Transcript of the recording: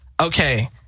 okay